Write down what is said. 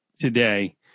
today